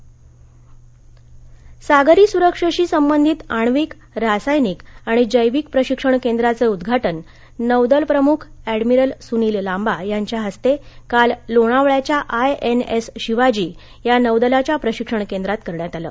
I N S Shivaji अभेद्य सागरी सुरक्षेशी संबंधित आण्विक रासायनिक आणि जेविक प्रशिक्षण केंद्राचं उदघाटन नौदल प्रमुख ऍडमिरल सुनील लांबा यांच्या हस्ते काल लोणावळ्याच्या आय एन एस शिवाजी या नौदलाच्या प्रशिक्षण केंद्रात करण्यात आलं